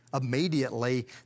immediately